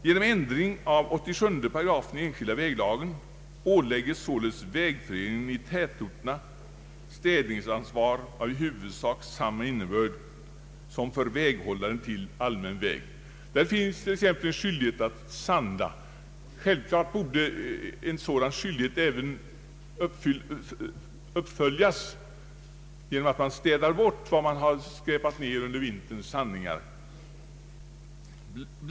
Genom ändring av 87 § i lagen om enskilda vägar åläggs således vägföreningen i en tätort städningsansvar av i huvudsak samma innebörd som det som gäller väghållaren till allmän väg. Där finns t.ex. en skyldighet att sanda. Självklart borde en sådan skyldighet även uppföljas genom att man städade bort vad man skräpat ned under vinterns sandning.